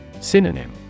Synonym